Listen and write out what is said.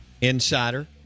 insider